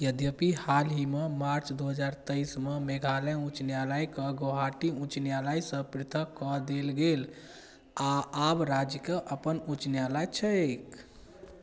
यद्यपि हालहि मे मार्च दू हजार तेइस मे मेघालय उच्च न्यायालय के गौहाटी उच्च न्यायालय सऽ पृथक कऽ देल गेल आ आब राज्य के अपन उच्च न्यायालय छैक